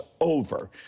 over